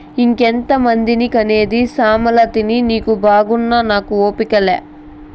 ఇంకెంతమందిని కనేది సామలతిని నీకు బాగున్నా నాకు ఓపిక లా